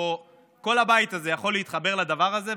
כל הבית הזה יכול להתחבר לדבר הזה.